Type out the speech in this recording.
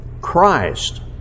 Christ